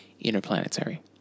interplanetary